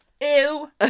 ew